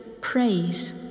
praise